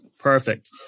Perfect